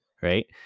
Right